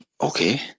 okay